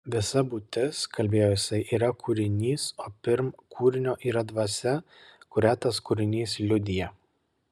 visa būtis kalbėjo jisai yra kūrinys o pirm kūrinio yra dvasia kurią tas kūrinys liudija